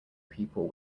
people